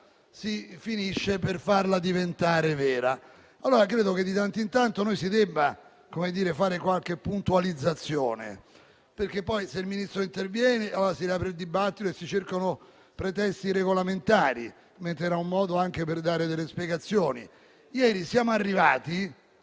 si finisce per farla diventare vera. Allora, di tanto in tanto, noi dobbiamo fare qualche puntualizzazione, perché, se il Ministro interviene, allora si riapre il dibattito e si cercano pretesti regolamentari, mentre quello era anche un modo per dare delle spiegazioni. Ieri siamo arrivati